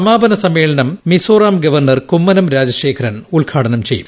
സമാപന സമ്മേളനം മിസോറാം ഗവർണർ കുമ്മനം രാജശേഖരൻ ഉദ്ഘാടനം ചെയ്യും